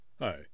Hi